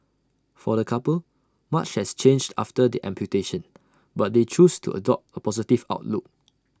for the couple much has changed after the amputation but they choose to adopt A positive outlook